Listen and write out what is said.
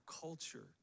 culture